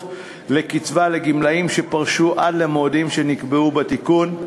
לקצבה לגמלאים שפרשו עד למועדים שנקבעו בתיקון: